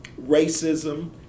racism